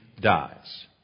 dies